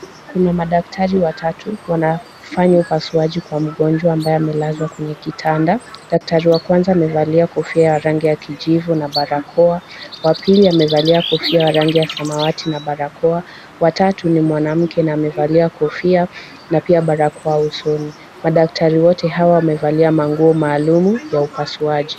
Kuna madaktari watatu wanafanya upasuaji kwa mgonjwa ambaye amelazwa kwenye kitanda, na kuna daktari amevalia sare ya rangi ya kijivu na barakoa. Wa pili amevalia kofia ya rangi ya samawati na barakoa watatu ni Mwanamke na amevaa kofia na pia barakoa usoni. Madaktari wote hawa wamevalia nguo za upasuaji.